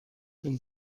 wenn